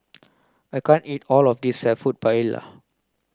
I can't eat all of this Seafood Paella